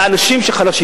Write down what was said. לאנשים חלשים.